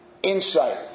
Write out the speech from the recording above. Insight